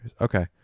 okay